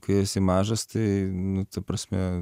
kai esi mažas tai nu ta prasme